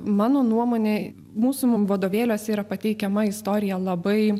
mano nuomonei mūsų mum vadovėliuose yra pateikiama istorija labai